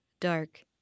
dark